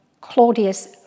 Claudius